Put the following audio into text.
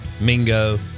Mingo